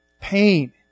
pain